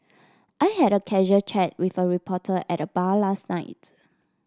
I had a casual chat with a reporter at the bar last night